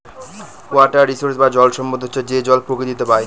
water resource বা জল সম্পদ হচ্ছে যে জল প্রকৃতিতে পাই